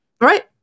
Right